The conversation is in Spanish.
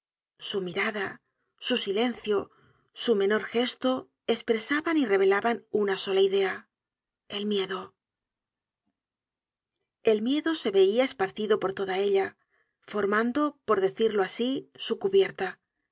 su mirada su silencio su menor gesto espresaban y revelaban una sola idea el miedo content from google book search generated at el miedo se veia esparcido por toda ella formando por decirlo asi su cubierta